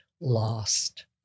lost